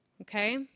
okay